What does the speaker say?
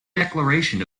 declaration